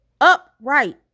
upright